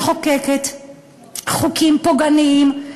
מחוקקת חוקים פוגעניים,